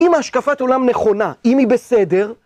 אם ההשקפת עולם נכונה, אם היא בסדר...